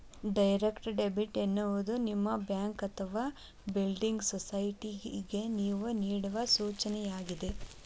direct debit ಎನ್ನುವುದು ನಿಮ್ಮ bank ಅಥವಾ ಬಿಲ್ಡಿಂಗ್ ಸೊಸೈಟಿಗೆ ನೇವು ನೇಡುವ ಸೂಚನೆಯಾಗಿದೆ